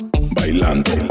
Bailando